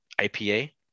IPA